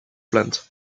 plant